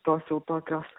tos jau tokios